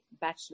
bachelor